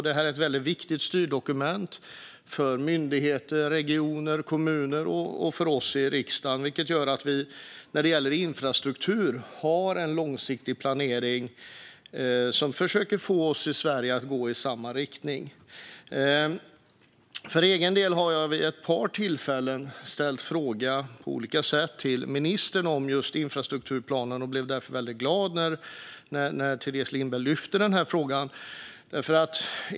Det är ett viktigt styrdokument för myndigheter, regioner och kommuner och för oss i riksdagen, vilket gör att vi när det gäller infrastruktur har en långsiktig planering som försöker få oss i Sverige att gå i samma riktning. För egen del har jag vid ett par tillfällen ställt frågor till ministern om just infrastrukturplanen. Jag blev därför glad när Teres Lindberg lyfte upp den frågan.